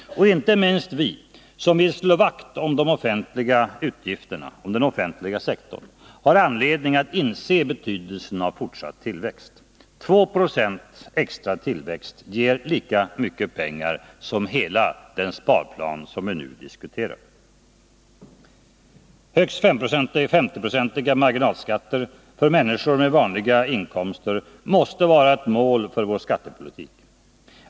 Och inte minst vi som vill slå vakt om den offentliga sektorn har anledning att inse betydelsen av en fortsatt tillväxt. 2 & extra tillväxt ger lika mycket pengar som hela den sparplan som vi nu diskuterar. å Högst 50-procentiga marginalskatter för människor med vanliga inkomster måste vara ett mål för vår skattepolitik.